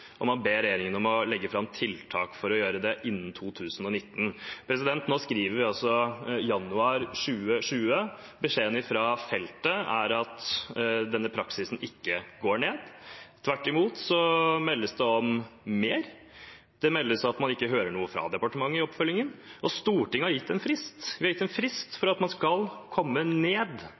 og man ba regjeringen legge fram tiltak for å gjøre det innen 2019. Nå skriver vi januar 2020. Beskjeden fra feltet er at denne praksisen ikke reduseres. Tvert imot meldes det om økning. Det meldes om at man ikke hører noe fra departementet når det gjelder oppfølgingen. Stortinget har gitt en frist for å redusere praksisen. Man skal ikke lenger drive med denne formen for